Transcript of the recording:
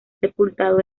sepultado